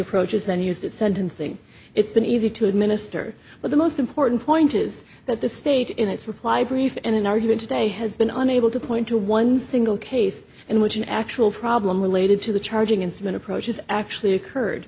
approaches then used at sentencing it's been easy to administer but the most important point is that the state in its reply brief and in argument today has been unable to point to one single case in which an actual problem related to the charging instrument approach has actually occurred